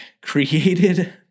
created